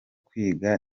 kwiga